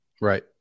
Right